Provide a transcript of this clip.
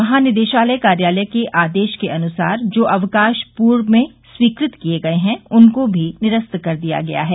महानिदेशालय कार्यालय के आदेश के अनुसार जिनके अवकाश पूर्व में स्वीकृत किये गये हैं उनको भी निरस्त कर दिया गया है